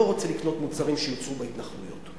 לא רוצה לקנות מוצרים שיוצרו בהתנחלויות.